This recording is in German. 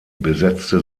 besetzte